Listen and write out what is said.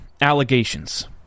allegations